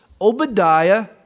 Obadiah